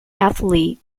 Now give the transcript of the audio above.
athlete